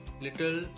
Little